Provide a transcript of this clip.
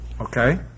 Okay